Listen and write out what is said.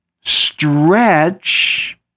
stretch